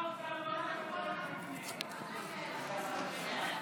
התשפ"ב 2021, לוועדת החוקה, חוק ומשפט נתקבלה.